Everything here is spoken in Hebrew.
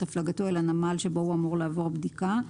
הפלגתו אל הנמל שבו הוא אמור לעבור בדיקה.